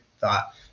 thought